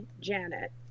janet